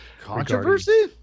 Controversy